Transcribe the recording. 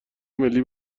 ملی